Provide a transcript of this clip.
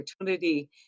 opportunity